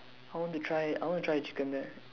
I want to try I want to try the chicken there